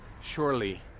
surely